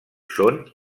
són